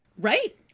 Right